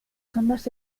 sondas